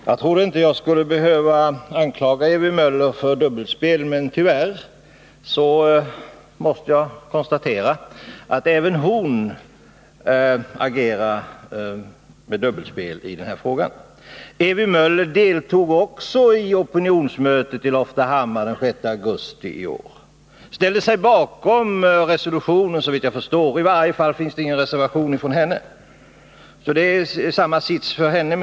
Herr talman! Jag trodde inte att jag skulle behöva anklaga Ewy Möller för dubbelspel, men tyvärr måste jag konstatera att även hon agerar med dubbelspel i den här frågan. Också Ewy Möller deltog i opinionsmötet i Loftahammar den 6 augusti i år och ställde sig såvitt jag förstår bakom resolutionen — det fanns i varje fall ingen reservation från henne. Jag menar alltså att det är samma sits för henne.